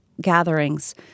Gatherings